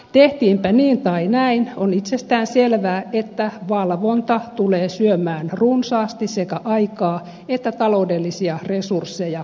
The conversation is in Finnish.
tehtiinpä niin tai näin on itsestäänselvää että valvonta tulee syömään runsaasti sekä aikaa että taloudellisia resursseja kunnissa